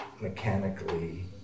mechanically